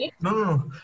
No